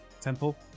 temple